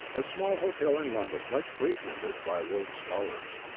a small hotel in london much frequented by rhodes scholars.